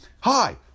hi